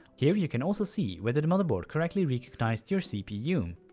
here you can also see whether the motherboard correctly recognized your cpu.